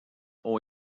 ont